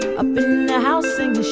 a house sing